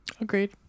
Agreed